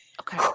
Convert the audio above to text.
Okay